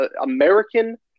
American